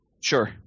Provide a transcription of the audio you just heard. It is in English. Sure